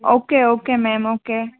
okay okay ma'am okay